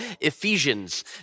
Ephesians